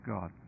God